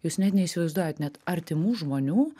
jūs net neįsivaizduojat net artimų žmonių